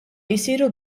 jsiru